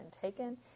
taken